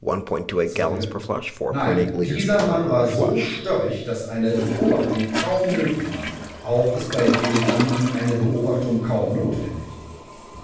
zeuge nein dieser mann war so störrig daß eine beobachtung kaum möglich war auch ist bei deliranten eine beobachtung kaum notwendig